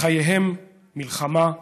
"חייהם, מלחמה,